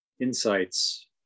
insights